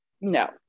No